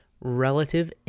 relative